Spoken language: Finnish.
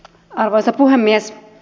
arvoisa puhemies